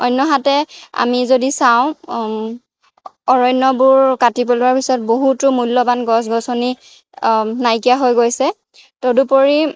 অন্যহাতে আমি যদি চাওঁ অৰণ্যবোৰ কাটি পেলোৱাৰ পিছত বহুতো মূল্যবান গছ গছনি নাইকিয়া হৈ গৈছে তদুপৰি